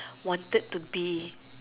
wanted to be